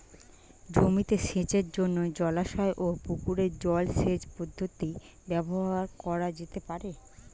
জমিতে সেচের জন্য জলাশয় ও পুকুরের জল সেচ পদ্ধতি ব্যবহার করা যেতে পারে?